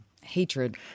hatred